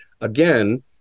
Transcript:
again